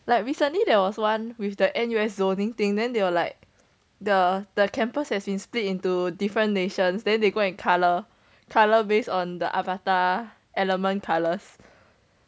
like recently there was one with the N_U_S zoning thing then they will like the the campus has been split into different nations then they go and color color based on the avatar element colors